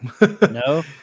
No